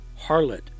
Harlot